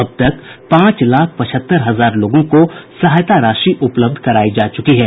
अब तक पांच लाख पचहत्तर हजार लोगों को सहायता राशि उपलब्ध करायी जा चुकी है